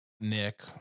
Nick